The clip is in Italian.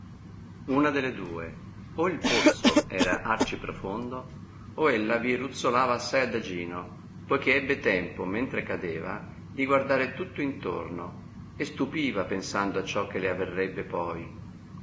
una delle due o il pozzo era arci profondo o ella vi ruzzolava assai adagino poichè ebbe tempo mentre cadeva di guardare tutto intorno e stupiva pensando a ciò che le avverrebbe poi